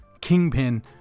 kingpin